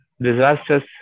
disasters